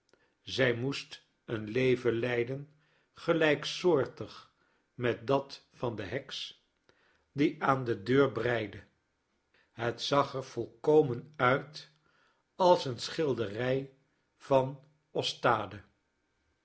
zij moest een leven leiden gelijksoortig met dat van de heks die aan de deur breide het zag er volkomen uit als eene schilderij van